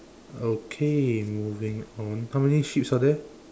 okay moving on how many sheeps are there